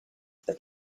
that